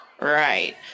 Right